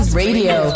radio